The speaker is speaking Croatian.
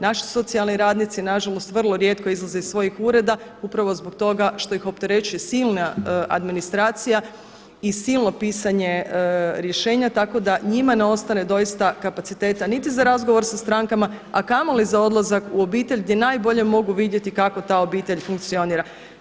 Naši socijalni radnici nažalost vrlo rijetko izlaze iz svojih ureda upravo zbog toga što ih opterećuje silna administracija i silno pisanje rješenja, tako da njima ne ostane doista kapaciteta niti za razgovor sa strankama, a kamoli za odlazak u obitelj gdje najbolje mogu vidjeti kako ta obitelj funkcionira.